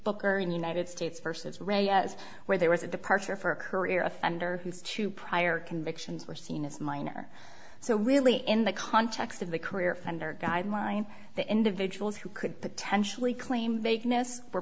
booker in the united states versus ray where there was a departure for a career offender whose two prior convictions were seen as minor so really in the context of the career offender guideline the individuals who could potentially claim vagueness were